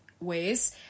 ways